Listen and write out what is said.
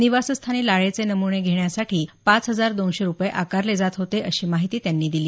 निवासस्थानी लाळेचे नमुणे घेण्यासाठी पाच हजार दोनशे रुपये आकारले जात होते अशी माहितीही त्यांनी यावेळी दिली